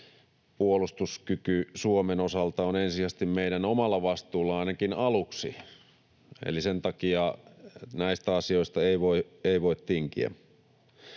puolustuskyky Suomen osalta on ensisijaisesti meidän omalla vastuulla ainakin aluksi, eli sen takia näistä asioista ei voi tinkiä.